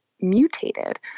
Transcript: mutated